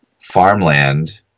farmland